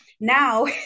Now